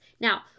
Now